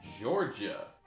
Georgia